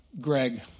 Greg